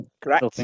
Correct